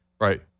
right